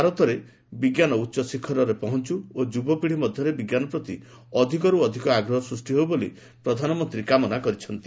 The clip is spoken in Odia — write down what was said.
ଭାରତରେ ବିଜ୍ଞାନ ଉଚ୍ଚ ଶିଖରରେ ପହଞ୍ଚୁ ଓ ଯୁବପିଢ଼ୀ ମଧ୍ୟରେ ବିଜ୍ଞାନ ପ୍ରତି ଅଧିକରୁ ଅଧିକ ଆଗ୍ରହ ସୃଷ୍ଟି ହେଉ ବୋଲି ପ୍ରଧାନମନ୍ତ୍ରୀ କାମନା କରିଛନ୍ତି